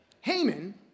Haman